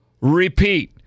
repeat